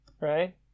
Right